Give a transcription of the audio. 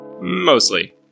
Mostly